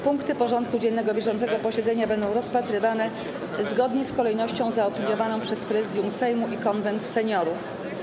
Punkty porządku dziennego bieżącego posiedzenia będą rozpatrywane zgodnie z kolejnością zaopiniowaną przez Prezydium Sejmu i Konwent Seniorów.